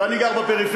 ואני גר בפריפריה,